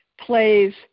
plays